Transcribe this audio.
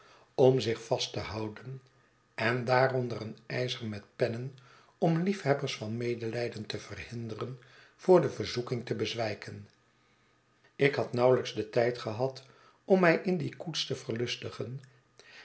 om zich vast te houden en daaronder een ijzer met pennen om liefhebbers van mederijden te verhinderen voor de verzoeking te bezwijken ik had nauwelijks den tijd gehad om mij in die koets te